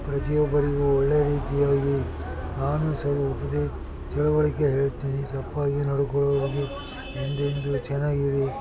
ಪ್ರತಿಯೊಬ್ಬರಿಗೂ ಒಳ್ಳೆಯ ರೀತಿಯಾಗಿ ನಾನು ಸಹ ಉಪದೇ ತಿಳುವಳಿಕೆ ಹೇಳ್ತೀನಿ ತಪ್ಪಾಗಿ ನಡ್ಕೊಳ್ಳೋವ್ರಿಗೆ ಎಂದೆಂದೂ ಚೆನ್ನಾಗಿರಿ